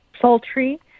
sultry